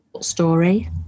story